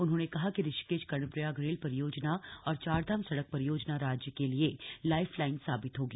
उन्होंने कहा कि ऋषिकेश कर्णप्रयाग रेल परियोजना और चारधाम सड़क परियोजना राज्य के लिए लाइफलाइन साबित होगी